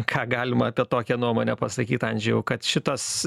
ką galima apie tokią nuomonę pasakyt andžėjau kad šitas